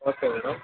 okay madam